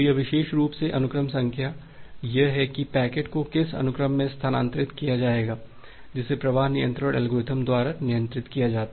तो यह विशेष रूप से अनुक्रम संख्या यह है कि पैकेट को किस अनुक्रम में स्थानांतरित किया जाएगा जिसे प्रवाह नियंत्रण एल्गोरिथ्म द्वारा नियंत्रित किया जाता है